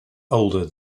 older